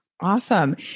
Awesome